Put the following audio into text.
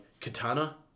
Katana